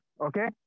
okay